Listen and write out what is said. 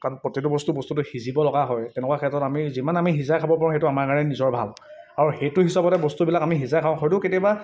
কাৰণ প্ৰতিটো বস্তুৰ বস্তুটো সিজিব লগা হয় তেনেকুৱা ক্ষেত্ৰত আমি যিমান আমি সিজাই খাব পাৰোঁ সেইটো আমাৰ কাৰণে নিজৰ ভাল আৰু সেইটো হিচাপতে বস্তুবিলাক আমি সিজাই খাওঁ হয়টো কেতিয়াবা